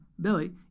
Billy